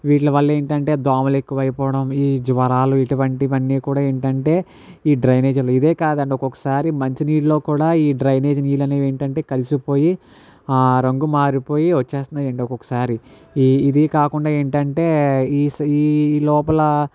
వీట్లవల్ల ఏంటంటే దోమలు ఎక్కువైపోవడం ఈ జ్వరాలు ఇటువంటివన్నీ కూడా ఏంటంటే ఈ డ్రైనేజీలు ఇదే కాదండి ఒకొక్కసారి మంచినీల్లో కూడా ఈ డ్రైనేజీ నీళ్ళు అనేవి ఏంటంటే కలిసిపోయి ఆ రంగు మారిపోయి వచ్చేస్తున్నాయి అండి ఒకొక్కసారి ఇ ఇది కాకుండా ఏంటంటే ఈ ఈ లోపల